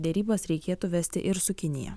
derybas reikėtų vesti ir su kinija